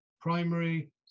primary